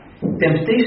Temptation